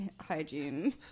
hygiene